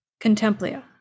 contemplia